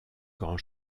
grand